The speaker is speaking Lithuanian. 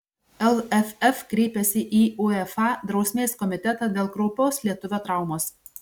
lff kreipėsi į uefa drausmės komitetą dėl kraupios lietuvio traumos